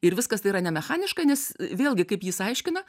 ir viskas tai yra ne mechaniška nes vėlgi kaip jis aiškina